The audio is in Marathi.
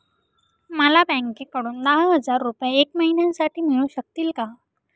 मला बँकेकडून दहा हजार रुपये एक महिन्यांसाठी मिळू शकतील का?